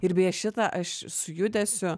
ir beje šitą aš su judesiu